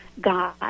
God